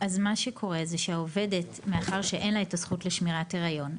אז מה שקורה זה שעובדת מאחר ואין לה את הזכות לשמירת הריון,